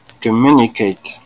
communicate